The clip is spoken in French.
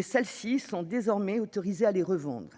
Celles-ci seront désormais autorisées à les revendre.